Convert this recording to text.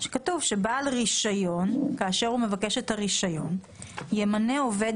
שאומר שבעל רישיון כאשר הוא מבקש את הרישיון ימנה עובד